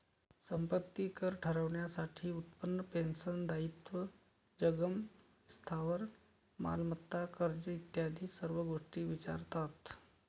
संपत्ती कर ठरवण्यासाठी उत्पन्न, पेन्शन, दायित्व, जंगम स्थावर मालमत्ता, कर्ज इत्यादी सर्व गोष्टी विचारतात